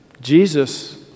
Jesus